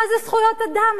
מה זה זכויות אדם?